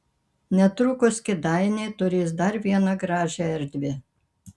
netrukus kėdainiai turės dar vieną gražią erdvę